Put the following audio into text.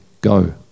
go